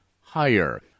higher